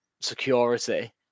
security